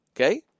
okay